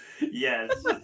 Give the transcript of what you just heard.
yes